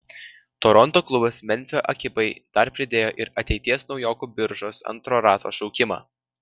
toronto klubas memfio ekipai dar pridėjo ir ateities naujokų biržos antro rato šaukimą